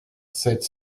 sept